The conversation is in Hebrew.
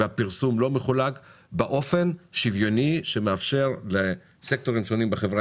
והפרסום לא מחולק באופן שוויוני שמאפשר לסקטורים שונים בחברה